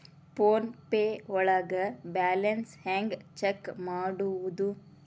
Phone pay ಒಳಗ balance ಹೆಂಗ್ check ಮಾಡುವುದು?